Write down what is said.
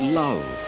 love